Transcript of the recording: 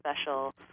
special